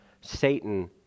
Satan